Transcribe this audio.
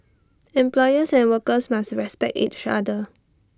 employers and workers must respect each other